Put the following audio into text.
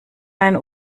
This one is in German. einen